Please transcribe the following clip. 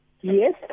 Yes